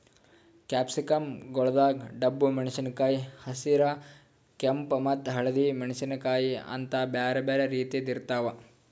capsicum ಗೊಳ್ದಾಗ್ ಡಬ್ಬು ಮೆಣಸಿನಕಾಯಿ, ಹಸಿರ, ಕೆಂಪ ಮತ್ತ ಹಳದಿ ಮೆಣಸಿನಕಾಯಿ ಅಂತ್ ಬ್ಯಾರೆ ಬ್ಯಾರೆ ರೀತಿದ್ ಇರ್ತಾವ್